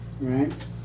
right